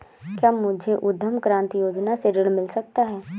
क्या मुझे उद्यम क्रांति योजना से ऋण मिल सकता है?